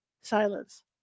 Silence